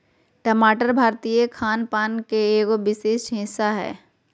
टमाटर भारतीय खान पान के एगो विशिष्ट हिस्सा हय